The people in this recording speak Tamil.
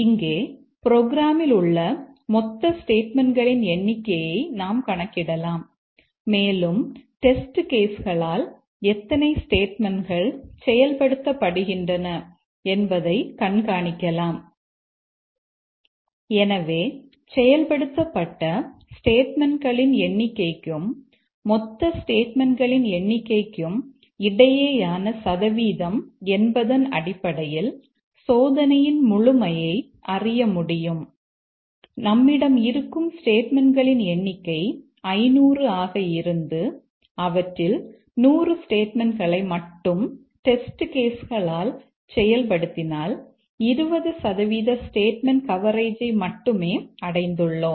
இங்கே ப்ரோக்ராமில் உள்ள மொத்த ஸ்டேட்மெண்ட்களின் எண்ணிக்கையை நாம் கணக்கிடலாம் மேலும் டெஸ்ட் கேஸ் களால் செயல்படுத்தினால் 20 சதவீத ஸ்டேட்மெண்ட் கவரேஜை மட்டுமே அடைந்துள்ளோம்